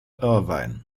irvine